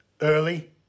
early